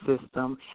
system